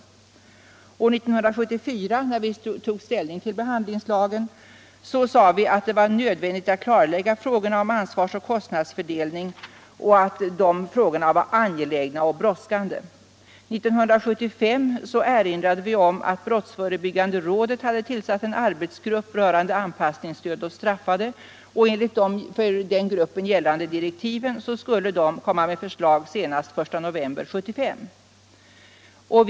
När vi år 1974 tog ställning till behandlingslagen sade vi att det var nödvändigt att klarlägga frågorna om ansvarsoch kostnadsfördelning och att dessa frågor var angelägna och brådskande. År 1975 erinrade vi om att brottsförebyggande rådet hade tillsatt en arbetsgrupp för att utreda frågan om anpassningsstöd åt straffade. Enligt de för gruppen gällande direktiven skulle gruppen framlägga förslag senast den 1 november 1975.